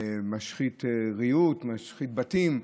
משחית ריהוט, משחית בתים,